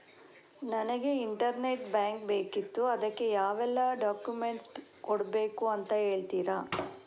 ನನಗೆ internet bank ಬೇಕಿತ್ತು ಅದಕ್ಕೆ ಯಾವೆಲ್ಲಾ ಡಾಕ್ಯುಮೆಂಟ್ಸ್ ಕೊಡ್ಬೇಕು ಅಂತ ಹೇಳ್ತಿರಾ?